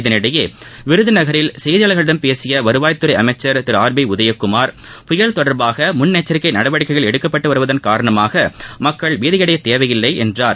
இதனிடையே விருதுநகரில் செய்தியாளர்களிடம் பேசிய வருவாய்த்துறை அமைச்சர் திரு ஆர் பி உதயகுமார் புயல் தொடர்பாக முன்னெச்சிக்கை நடவடிக்கைகள் எடுக்கப்பட்டு வருவதன் காரணமாக மக்கள் பீதியடைய தேவையில்லை என்றார்